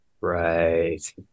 Right